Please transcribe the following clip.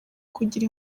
kugira